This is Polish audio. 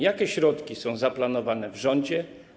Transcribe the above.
Jakie środki są zaplanowane w rządzie?